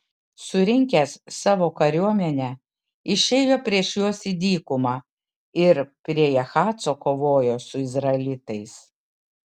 surinkęs savo kariuomenę išėjo prieš juos į dykumą ir prie jahaco kovojo su izraelitais